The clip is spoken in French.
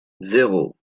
zéro